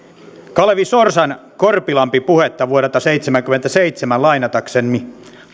kalevi sorsan korpilampi puhetta vuodelta seitsemänkymmentäseitsemän lainatakseni